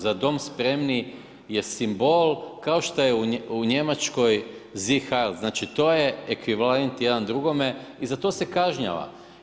Za Dom spremni“ je simbol kao što je u Njemačkoj „Sieg Heil“, znači to je ekvivalent jedan drugome i za to se kažnjava.